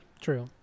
True